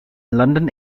london